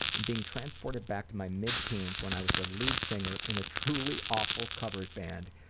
and being transported back to my mid-teens when i was the lead singer in a truly awful covers band.